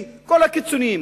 כל הקיצונים,